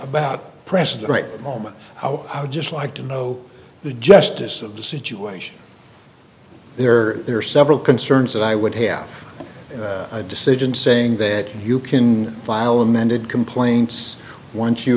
about president right moment how i would just like to know the justice of the situation there are several concerns that i would have a decision saying that you can file amended complaints once you